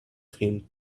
him